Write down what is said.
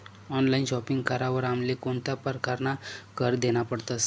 Online shopping करावर आमले कोणता परकारना कर देना पडतस?